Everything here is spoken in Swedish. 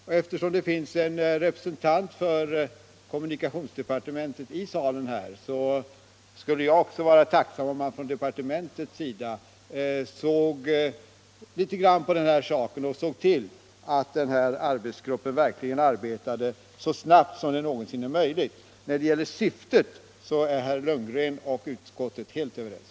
Och eftersom det nu finns en representant för kommunikationsdepartementet i kammaren vill även jag säga att jag är mycket tacksam om man från departementets sida uppmärksammade denna fråga och såg till att arbetsgruppen verkligen arbetar så snabbt som någonsin är möjligt. När det gäller syftet är herr Lundgren och utskottet helt överens.